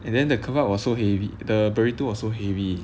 and then the kebab was so heavy the burrito was so heavy